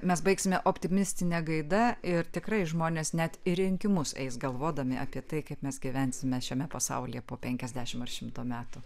mes baigsime optimistine gaida ir tikrai žmonės net į rinkimus eis galvodami apie tai kaip mes gyvensime šiame pasaulyje po penkiasdešimt ar šimto metų